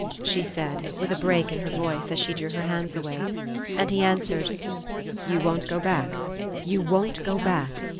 she said, with a break in her voice, as she drew her hands away and he answered you won't go back you won't go back?